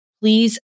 Please